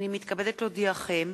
הנני מתכבדת להודיעכם,